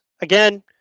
again